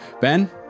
Ben